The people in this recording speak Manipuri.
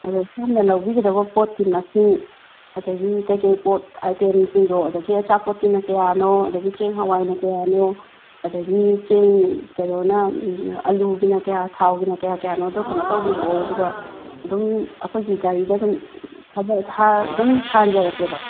ꯑꯗꯣ ꯁꯣꯝꯅ ꯂꯧꯕꯤꯒꯗꯧꯕ ꯄꯣꯠꯀꯤ ꯃꯁꯤꯡ ꯑꯗꯒꯤ ꯀꯔꯤ ꯀꯔꯤ ꯄꯣꯠ ꯑꯥꯏꯇꯦꯝꯁꯤꯡꯗꯣ ꯑꯗꯒꯤ ꯑꯆꯥꯄꯣꯠꯀꯤꯅ ꯀꯌꯥꯅꯣ ꯑꯗꯒꯤ ꯆꯦꯡ ꯍꯋꯥꯏꯅ ꯀꯌꯥꯅꯣ ꯑꯗꯒꯤ ꯆꯦꯡ ꯀꯩꯅꯣꯅ ꯑꯂꯨꯒꯤꯅ ꯀꯌꯥ ꯊꯥꯎꯒꯤꯅ ꯀꯌꯥ ꯀꯌꯥꯅꯣꯗꯣ ꯀꯩꯅꯣ ꯇꯧꯕꯤꯔꯛꯑꯣ ꯑꯗꯨꯒ ꯑꯗꯨꯝ ꯑꯩꯈꯣꯏꯒꯤ ꯒꯥꯔꯤꯅ ꯑꯗꯨꯝ ꯑꯗꯨꯝ ꯊꯥꯍꯟꯖꯔꯛꯀꯦꯕ